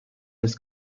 des